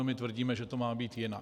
My tvrdíme, že to má být jinak.